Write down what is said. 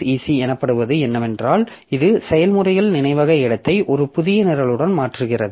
exec எனப்படுவது என்னவென்றால் இது செயல்முறைகள் நினைவக இடத்தை ஒரு புதிய நிரலுடன் மாற்றுகிறது